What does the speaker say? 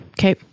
Okay